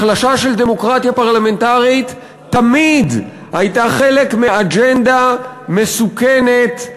החלשה של דמוקרטיה הפרלמנטרית תמיד הייתה חלק מאג'נדה מסוכנת,